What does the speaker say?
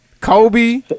Kobe